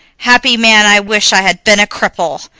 happy man, i wish i had been a cripple!